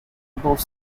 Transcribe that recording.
above